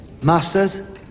Mustard